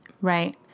Right